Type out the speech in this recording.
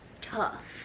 tough